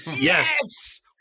Yes